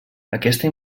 aquesta